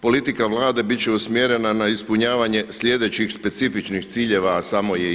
Politika Vlade biti će usmjerena na ispunjavanje sljedećih specifičnih ciljeva a samo je jedan.